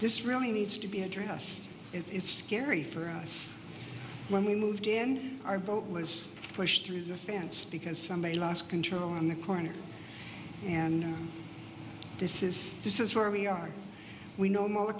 this really needs to be address it's scary for us when we moved in our boat was pushed through the fence because somebody lost control on the corner and this is this is where we are we normal